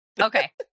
okay